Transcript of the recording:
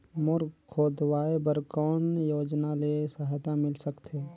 Bore खोदवाय बर कौन योजना ले सहायता मिल सकथे?